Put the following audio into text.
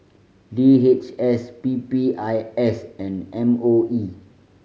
D H S P P I S and M O E